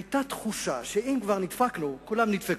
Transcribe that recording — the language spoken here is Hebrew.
היתה תחושה שאם כבר נדפקנו, כולם נדפקו.